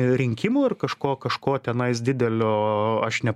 rinkimų ir kažko kažko tenais didelio aš ne